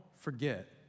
forget